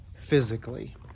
physically